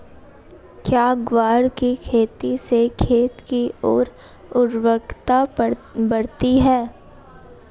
क्या ग्वार की खेती से खेत की ओर उर्वरकता बढ़ती है?